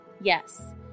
Yes